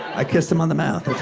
i kissed him on the mouth.